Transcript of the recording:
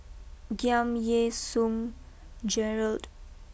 Giam Yean Song Gerald